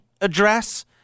address